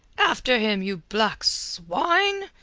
after him, you black swine!